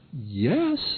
yes